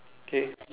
okay